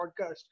podcast